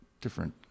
Different